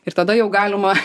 ir tada jau galima